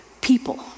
people